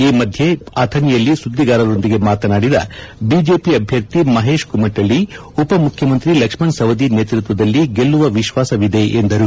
ಈ ಮಧ್ಯೆ ಅಥಣಿಯಲ್ಲಿ ಸುದ್ದಿಗಾರರೊಂದಿಗೆ ಮಾತನಾಡಿದ ಬಿಜೆಪಿ ಅಭ್ಯರ್ಥಿ ಮಹೇಶ್ ಕುಮಟಳ್ಳಿ ಉಪ ಮುಖ್ಯಮಂತ್ರಿ ಲಕ್ಷ್ಮಣ್ ಸವದಿ ನೇತೃತ್ವದಲ್ಲಿ ಗೆಲ್ಲುವ ವಿಶ್ವಾಸ ಇದೆ ಎಂದರು